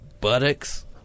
buttocks